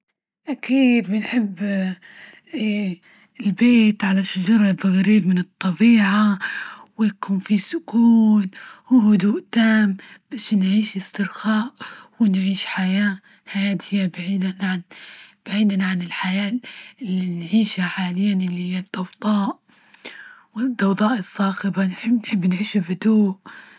أكيد بنحب البيت على شجرة جريب من الطبيعة، ويكون في سكون، وهدوء تام باش نعيش إسترخاء، ونعيش حياة هادية بعيدا عن-بعيدا عن الحياة، اللي نعيشه حاليا اللي هيا الضوضاء، والضوضاء الصاخبة نحب-نحب نعيش في هدوء.